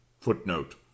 Footnote